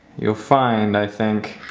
you'll find think.